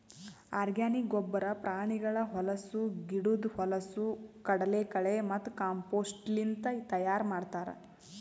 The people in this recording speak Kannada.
ಆರ್ಗಾನಿಕ್ ಗೊಬ್ಬರ ಪ್ರಾಣಿಗಳ ಹೊಲಸು, ಗಿಡುದ್ ಹೊಲಸು, ಕಡಲಕಳೆ ಮತ್ತ ಕಾಂಪೋಸ್ಟ್ಲಿಂತ್ ತೈಯಾರ್ ಮಾಡ್ತರ್